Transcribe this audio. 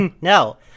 No